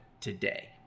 today